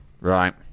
Right